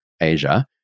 Asia